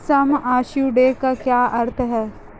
सम assured का क्या अर्थ है?